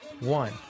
One